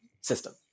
system